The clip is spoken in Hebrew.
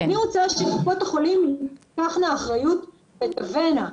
אני רוצה שקופות החולים תיקחנה אחריות ותבנה,